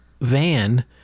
van